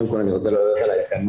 אני רוצה להגיד